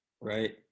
right